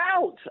Out